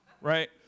Right